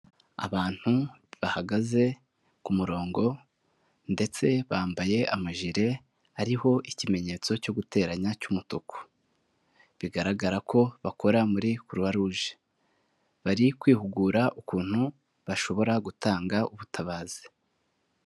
Abantu bahagaze ku murongo ndetse bambaye amajire, ariho ikimenyetso cyo guteranya cy'umutuku, bigaragara ko bakora muri Croix rouge, bari kwihugura ukuntu bashobora gutanga ubutabazi.